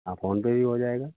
हाँ फोनपे भी हो जाएगा